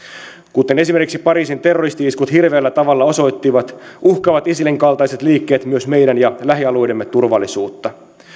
kuten esimerkiksi pariisin terroristi iskut hirveällä tavalla osoittivat uhkaavat isilin kaltaiset liikkeet myös meidän ja lähialueidemme turvallisuutta